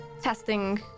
testing